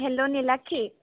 hello Nilakshi